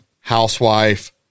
housewife